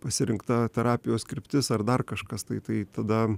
pasirinkta terapijos kryptis ar dar kažkas tai tai tada